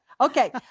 Okay